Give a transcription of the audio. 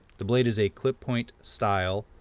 the blade is a clip point style,